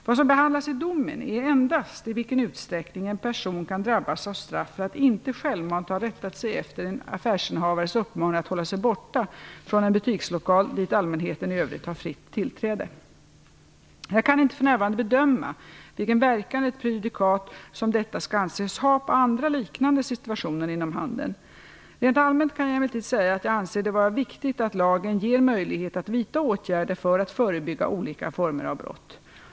Vad som behandlas i domen är endast i vilken utsträckning en person kan drabbas av straff för att inte självmant ha rättat sig efter en affärsinnehavares uppmaning att hålla sig borta från en butikslokal dit allmänheten i övrigt har fritt tillträde. Jag kan inte för närvarande bedöma vilken verkan ett prejudikat som detta skall anses ha på andra liknande situationer inom handeln. Rent allmänt kan jag emellertid säga att jag anser det vara viktigt att lagen ger möjlighet att vidta åtgärder för att förebygga olika former av brott.